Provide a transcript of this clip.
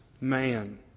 man